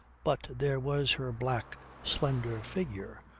but there was her black slender figure,